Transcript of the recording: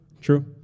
true